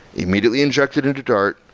immediately injected into dart,